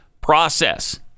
process